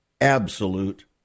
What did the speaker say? absolute